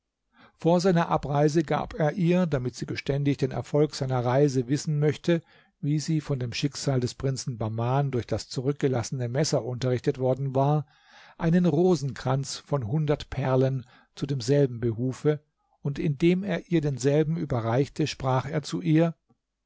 vor seiner abreise gab er ihr damit sie beständig den erfolg seiner reise wissen möchte wie sie von dem schicksal des prinzen bahman durch das zurückgelassene messer unterrichtet worden war einen rosenkranz von hundert perlen zu demselben behufe und indem er ihr denselben überreichte sprach er zu ihr